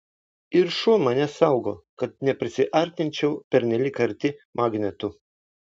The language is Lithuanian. ir šuo mane saugo kad neprisiartinčiau pernelyg arti magnetų